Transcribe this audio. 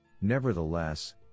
Nevertheless